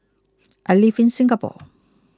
I live in Singapore